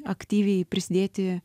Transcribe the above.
aktyviai prisidėti